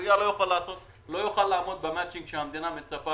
פוריה לא יוכל לעמוד במאצ'ינג שהמדינה מצפה